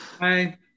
Hi